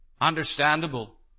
Understandable